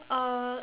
uh